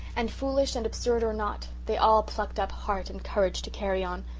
and foolish and absurd or not, they all plucked up heart and courage to carry on,